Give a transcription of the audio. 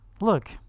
look